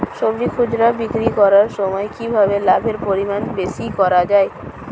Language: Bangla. সবজি খুচরা বিক্রি করার সময় কিভাবে লাভের পরিমাণ বেশি করা যায়?